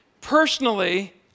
Personally